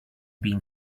being